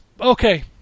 Okay